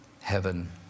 heaven